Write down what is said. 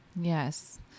Yes